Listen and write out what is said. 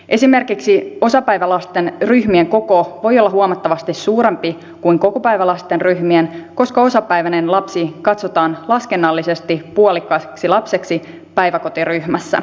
esimerkiksi osapäivälasten ryhmien koko voi olla huomattavasti suurempi kuin kokopäivälasten ryhmien koska osapäiväinen lapsi katsotaan laskennallisesti puolikkaaksi lapseksi päiväkotiryhmässä